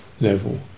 level